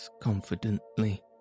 confidently